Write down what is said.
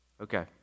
Okay